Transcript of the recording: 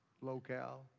locale